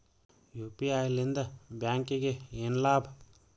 UPI ಲಿಂದ ಬ್ಯಾಂಕ್ಗೆ ಏನ್ ಲಾಭ?